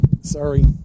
Sorry